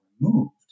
removed